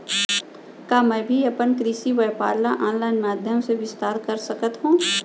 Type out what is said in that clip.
का मैं भी अपन कृषि व्यापार ल ऑनलाइन माधयम से विस्तार कर सकत हो?